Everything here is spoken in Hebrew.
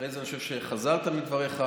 אחרי זה אני חושב שחזרת בך מדבריך,